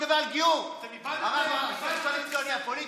על גיור, הראשון לציון נהיה פוליטי?